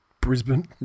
Brisbane